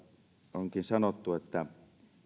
onkin sanottu että